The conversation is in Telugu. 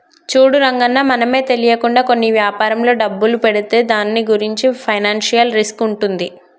చూడు రంగన్న మనమే తెలియకుండా కొన్ని వ్యాపారంలో డబ్బులు పెడితే దాని గురించి ఫైనాన్షియల్ రిస్క్ ఉంటుంది